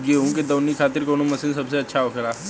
गेहु के दऊनी खातिर कौन मशीन सबसे अच्छा होखेला?